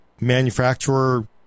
manufacturer